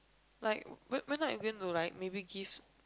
like when when I going to like maybe give